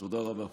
תודה רבה.